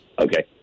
Okay